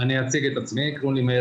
רוצה להוסיף ולשאול גם משהו.